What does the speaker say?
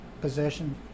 possession